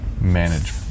manage